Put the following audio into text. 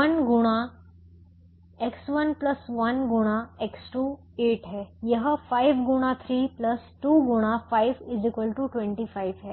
1 गुणा X1 1 गुणा X2 8 है यह 5 गुणा 3 2 गुणा 5 25 है